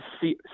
see